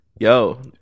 yo